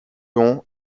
long